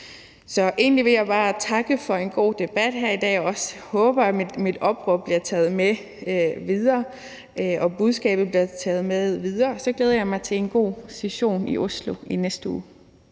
Så egentlig vil jeg bare takke for en god debat i dag, og jeg håber også, at mit opråb bliver taget med videre, og at budskabet bliver taget med videre. Og så glæder jeg mig til en god session i Oslo i næste uge.